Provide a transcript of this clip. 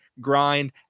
grind